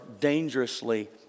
dangerously